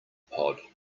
pod